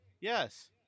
Yes